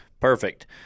Perfect